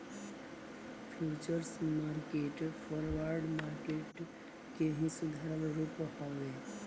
futures market forward market के ही सुधारल रूप हवे